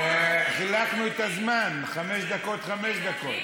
חילקנו את הזמן: חמש דקות, חמש דקות.